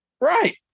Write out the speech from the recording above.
Right